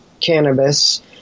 cannabis